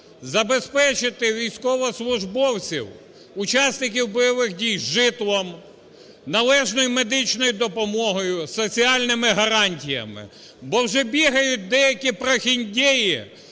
забезпечити військовослужбовців, учасників бойових дій житлом, належною медичною допомогою, соціальними гарантіями. Бо вже бігають деякі "прохіндеї"